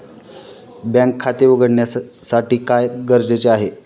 बँकेत खाते उघडण्यासाठी काय गरजेचे आहे?